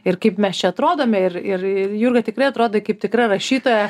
ir kaip mes čia atrodome ir ir jurga tikrai atrodai kaip tikra rašytoja